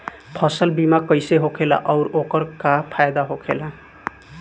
फसल बीमा कइसे होखेला आऊर ओकर का फाइदा होखेला?